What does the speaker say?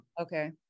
Okay